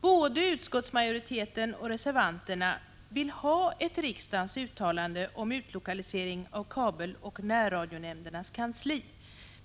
Både utskottsmajoriteten och reservanterna vill ha ett riksdagens uttalande om utlokalisering av kabeloch närradionämndernas kansli.